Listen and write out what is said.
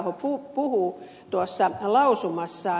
taiveaho puhuu tuossa lausumassaan